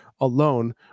alone